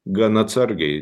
gan atsargiai